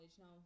now